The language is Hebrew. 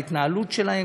ההתנהלות שלהם,